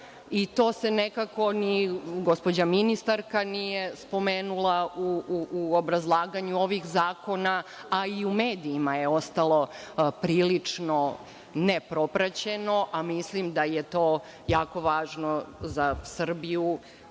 i to nekako ni gospođa ministarka nije spomenula u obrazlaganju ovih zakona, a i u medijima je ostalo prilično nepropraćeno, a mislim da je to jako važno za Srbiju